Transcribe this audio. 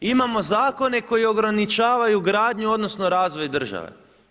Imamo zakone koji ograničavaju gradnju odnosno razvoj države.